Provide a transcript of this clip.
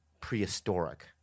prehistoric